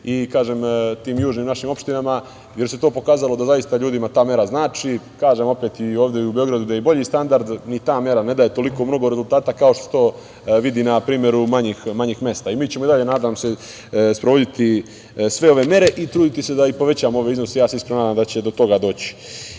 i tim južnim našim opštinama, jer se pokazalo da zaista ljudima ta mera znači. Kažem opet, i ovde u Beogradu gde je bolji standard ni ta mera ne daje toliko mnogo rezultata kao što se to vidi na primeru manjih mesta. Mi ćemo i dalje, nadam se, sprovoditi sve ove mere i truditi se da povećamo ove iznose. Iskreno se nadam da će do toga